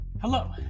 Hello